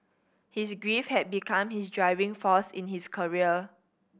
his grief had become his driving force in his career